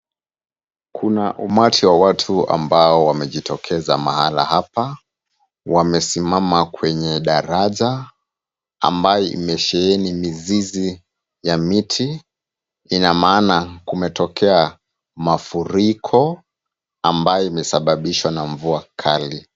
Kuna umati wa watu ambao wamejitokeza mahala hapa. Wamesimama kwenye daraja ambayo imesheheni mizizi ya miti. Ina maana kumetokea mafuriko, ambayo imesababishwa na mvua kali.